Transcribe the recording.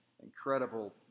Incredible